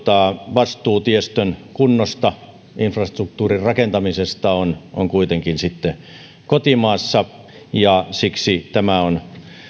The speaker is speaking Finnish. vastuu tiestön kunnosta infrastruktuurin rakentamisesta on on kotimaassa siksi tämä on